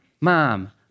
mom